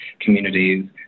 communities